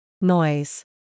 Noise